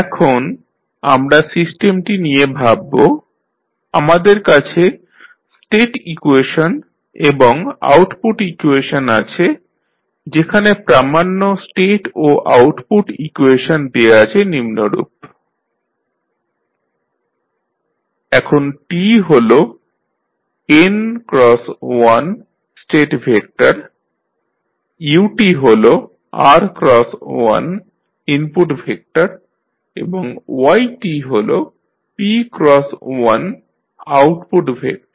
এখন আমরা সিস্টেমটি নিয়ে ভাবব আমাদের কাছে স্টেট ইকুয়েশন এবং আউটপুট ইকুয়েশন আছে যেখানে প্রামান্য স্টেট ও আউটপুট ইকুয়েশন দেওয়া আছে নিম্নরূপ dxdtAxtBut ytCxtDut এখন হল n×1স্টেট ভেক্টর u হল r×1ইনপুট ভেক্টর এবং y হল p×1 আউটপুট ভেক্টর